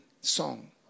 song